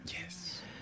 Yes